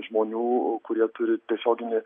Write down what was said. žmonių kurie turi tiesioginį